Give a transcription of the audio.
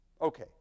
Okay